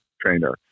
trainer